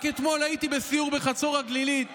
רק אתמול הייתי בסיור בחצור הגלילית